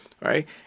right